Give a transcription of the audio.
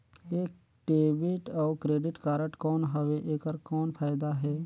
ये डेबिट अउ credit card कौन हवे एकर कौन फाइदा हे?